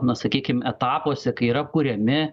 na sakykim etapuose kai yra kuriami